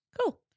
Cool